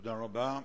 תודה רבה.